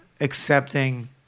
accepting